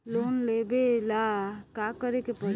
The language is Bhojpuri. लोन लेबे ला का करे के पड़ी?